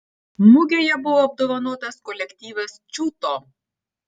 mugėje buvo apdovanotas kolektyvas čiūto